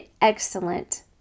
excellent